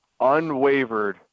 unwavered